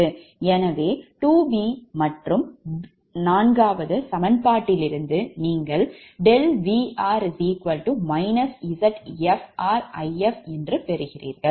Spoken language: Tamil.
எனவே 2 பி மற்றும் 4 வது சமன்பாட்டிலிருந்து நீங்கள் ∆Vr ZfrIf என்று பெறுவீர்கள்